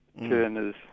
turners